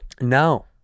No